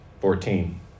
Fourteen